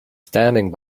standing